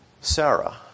Sarah